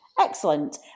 excellent